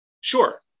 Sure